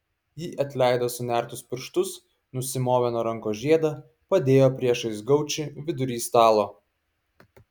ji atleido sunertus pirštus nusimovė nuo rankos žiedą padėjo priešais gaučį vidury stalo